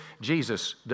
Jesus